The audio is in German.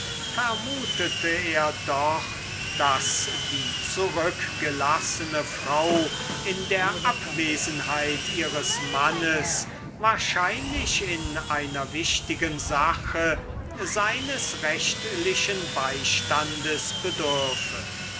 vermutete er doch daß die zurückgelassene frau in der abwesenheit ihres mannes wahrscheinlich in einer wichtigen sache seines rechtlichen beistandes bedürfe